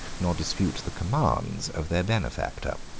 nor dispute the commands, of their benefactor.